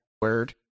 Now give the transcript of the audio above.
Word